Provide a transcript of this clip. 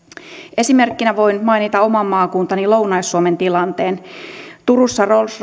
esimerkkinä voin mainita oman maakuntani lounais suomen tilanteen turussa rolls